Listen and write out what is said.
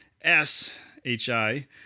S-H-I